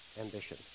ambition